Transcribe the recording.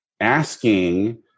asking